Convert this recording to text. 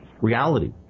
reality